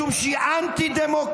משום שהיא אנטי-דמוקרטית.